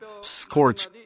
scorch